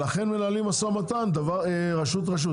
לכן מנהלים משא ומתן רשות רשות,